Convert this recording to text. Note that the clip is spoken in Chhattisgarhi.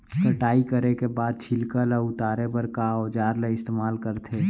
कटाई करे के बाद छिलका ल उतारे बर का औजार ल इस्तेमाल करथे?